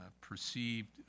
perceived